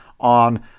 on